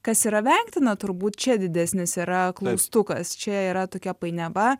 kas yra vengtina turbūt čia didesnis yra klaustukas čia yra tokia painiava